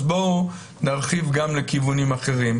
אז בואו נרחיב גם לכיוונים אחרים.